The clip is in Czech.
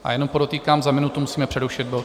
A jenom podotýkám, za minutu musíme přerušit bod.